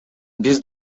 биз